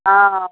हँ हँ